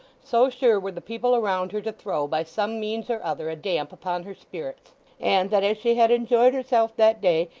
so sure were the people around her to throw, by some means or other, a damp upon her spirits and that, as she had enjoyed herself that day,